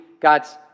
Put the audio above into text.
God's